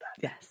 Yes